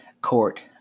court